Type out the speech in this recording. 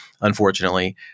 unfortunately